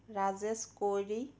Rajesh Koiri